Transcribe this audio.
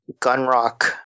Gunrock